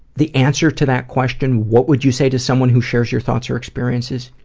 the answer to that question, what would you say to someone who shares your thoughts or experiences,